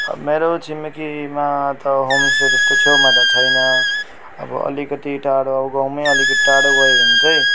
मेरो छिमेकीमा त होमस्टे त्यस्तो छेउमा त छैन अब अलिकति टाडो गाँउमै अलिकति टाडो गयो भने चाहिँ